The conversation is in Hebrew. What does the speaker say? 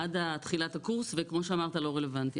עד תחילת הקורס, וכמו שאמרת זה לא רלוונטי.